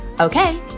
Okay